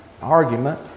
argument